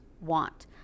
want